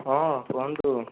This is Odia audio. ହଁ କୁହନ୍ତୁ